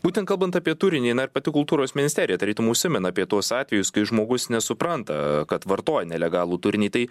būtent kalbant apie turinį na ir pati kultūros ministerija tarytum užsimena apie tuos atvejus kai žmogus nesupranta kad vartoja nelegalų turinį tai